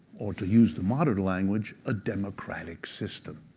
or to use the modern language, a democratic system.